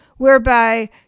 whereby